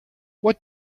what